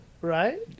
Right